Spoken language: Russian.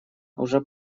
уже